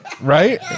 Right